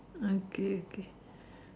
okay okay